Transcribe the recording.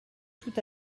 tout